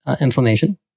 inflammation